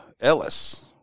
ellis